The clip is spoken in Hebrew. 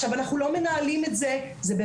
אנחנו לא מנהלים את זה.